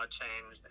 change